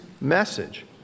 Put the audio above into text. message